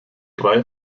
drei